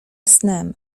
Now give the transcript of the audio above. snem